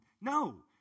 No